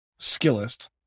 Skillist